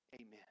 Amen